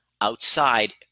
outside